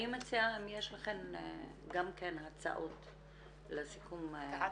אני מציעה שאם יש לכן הצעות לסיכום תגידו.